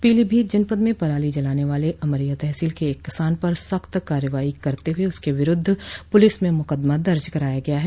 पीलीभीत जनपद में पराली जलाने वाले अमरिया तहसील के एक किसान पर सख्त कार्रवाई करते हुए उसके विरूद्ध पुलिस में मुकदमा दर्ज कराया गया है